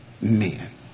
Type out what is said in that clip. men